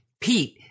Pete